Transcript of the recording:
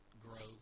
growth